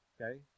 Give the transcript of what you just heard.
okay